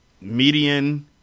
median